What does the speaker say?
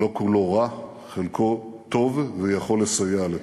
לא כולו רע, חלקו טוב ויכול לסייע לטוב.